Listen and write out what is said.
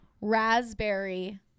raspberry